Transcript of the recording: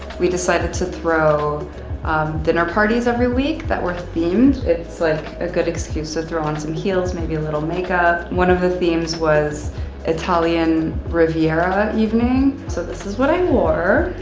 we decided to throw um dinner parties every week that were themed. it's like a good excuse to throw on some heels, maybe a little makeup. one of the themes was italian riviera evening, so this is what i wore.